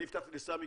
אני אפתח עם סמי,